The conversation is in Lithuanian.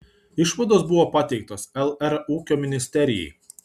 išvados buvo pateiktos lr ūkio ministerijai